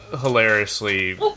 hilariously